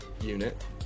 unit